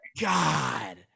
god